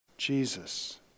Jesus